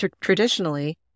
traditionally